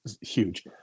huge